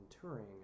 touring